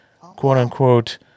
quote-unquote